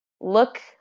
Look